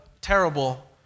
terrible